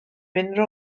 unrhyw